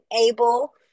able